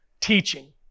teaching